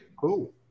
cool